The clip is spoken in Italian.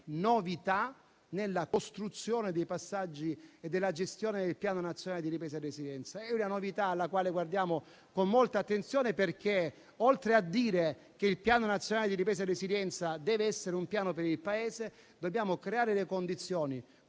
novità nella costruzione dei passaggi e della gestione del Piano nazionale di ripresa e resilienza. È una novità alla quale guardiamo con molta attenzione, perché oltre a dire che il Piano nazionale di ripresa di resilienza deve essere per il Paese, dobbiamo creare le condizioni,